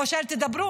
או שאל תדברו,